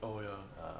oh ya